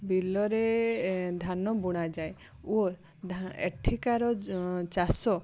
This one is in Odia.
ବିଲରେ ଧାନ ବୁଣାଯାଏ ଓ ଏଠିକାର ଚାଷ